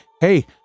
hey